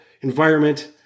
environment